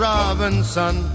Robinson